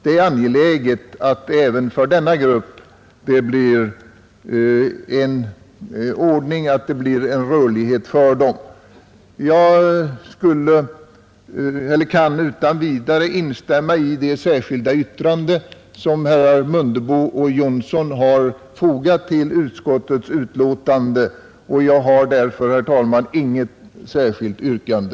Det är angeläget att det blir en rörlighet även för denna grupp. Jag kan utan vidare instämma i det särskilda yttrande som herrar Mundebo och Jonsson i Mora fogat till utskottets betänkande. Jag har därför, herr talman, inget eget yrkande.